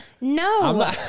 no